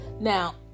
now